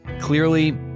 Clearly